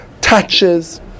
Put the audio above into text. touches